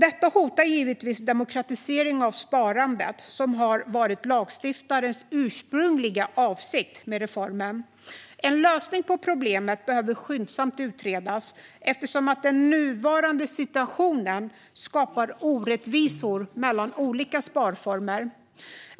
Detta hotar givetvis den demokratisering av sparandet som har varit lagstiftarens ursprungliga avsikt med reformen. En lösning på problemet behöver skyndsamt utredas eftersom den nuvarande situationen skapar orättvisor mellan olika sparformer.